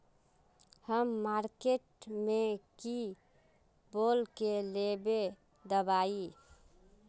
हम मार्किट में की बोल के लेबे दवाई?